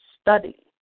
study